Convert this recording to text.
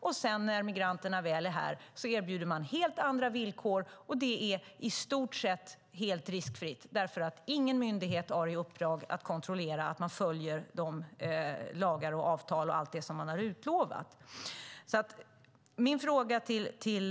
Men när migranterna väl är här erbjuder man helt andra villkor, och det är i stort sett riskfritt eftersom ingen myndighet har i uppdrag att kontrollera att arbetsgivarna som utlovat följer lagar och avtal.